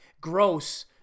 gross